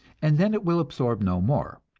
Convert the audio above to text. and then it will absorb no more,